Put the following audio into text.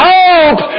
hope